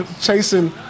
chasing